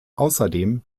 außerdem